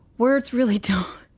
where it's really till